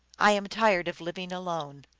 i am tired of liv ing alone.